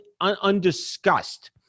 undiscussed